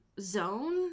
zone